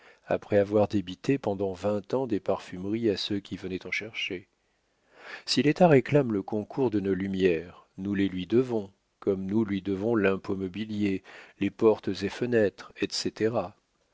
après avoir débité pendant vingt ans des parfumeries à ceux qui venaient en chercher si l'état réclame le concours de nos lumières nous les lui devons comme nous lui devons l'impôt mobilier les portes et fenêtres et